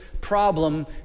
problem